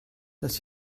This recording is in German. dass